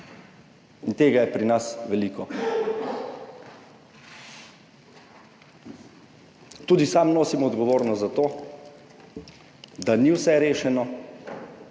Tega je pri nas veliko. Tudi sam nosim odgovornost za to, da ni vse rešeno,